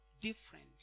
different